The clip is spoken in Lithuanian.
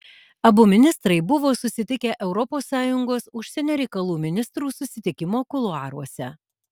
abu ministrai buvo susitikę europos sąjungos užsienio reikalų ministrų susitikimo kuluaruose